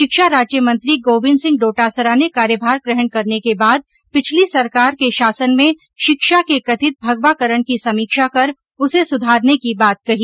शिक्षा राज्य मंत्री गोविंदसिंह डोटासरा ने कार्यभार ग्रहण करने के बाद पिछली सरकार के शासन में शिक्षा के कथित भगवाकरण की समीक्षा कर उसे सुधारने की बात कही